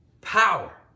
power